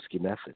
method